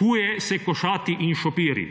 huje se košati in šopiri.